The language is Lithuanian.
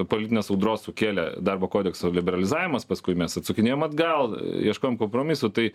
politinės audros sukėlė darbo kodekso liberalizavimas paskui mes atsakinėjom atgal ieškojom kompromisų tai